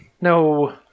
No